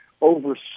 over